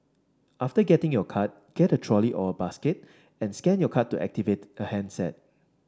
after getting your card get a trolley or basket and scan your card to activate a handset